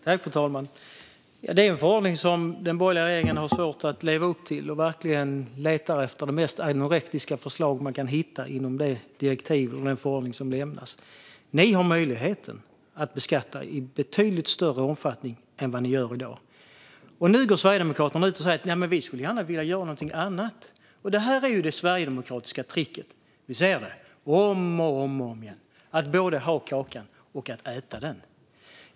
Fru talman! Det är en förordning som den borgerliga regeringen har svårt att leva upp till. Man letar verkligen efter det mest anorektiska förslag man kan hitta inom det direktiv och den förordning som lämnas. Ni har möjlighet att beskatta i betydligt större omfattning än vad ni gör i dag, men Sverigedemokraterna går ut och säger att de gärna skulle vilja göra någonting annat. Det här är det sverigedemokratiska tricket, och vi ser det om och om igen. Man vill både ha kakan och äta den.